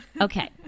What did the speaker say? Okay